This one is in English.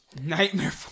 Nightmare